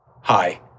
Hi